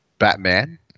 Batman